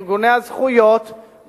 ארגוני הזכויות,